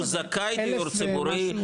הוא זכאי לדיור ציבורי,